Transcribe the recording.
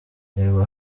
reba